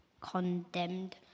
condemned